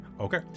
okay